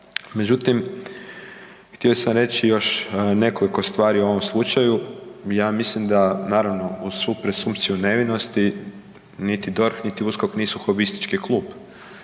Međutim, htio sam reći još nekoliko stvari o ovom slučaju, ja mislim da, naravno uz svu presumpciju nevinosti, niti DORH, niti USKOK nisu hobistički klub,